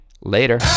Later